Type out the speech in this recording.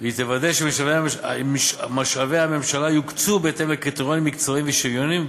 והיא תוודא שמשאבי הממשלה יוקצו בהתאם לקריטריונים מקצועיים ושוויוניים,